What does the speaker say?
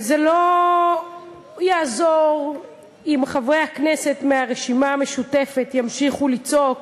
ולא יעזור אם חברי הכנסת מהרשימה המשותפת ימשיכו לצעוק